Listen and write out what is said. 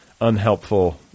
unhelpful